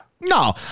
no